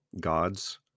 Gods